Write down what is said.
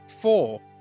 four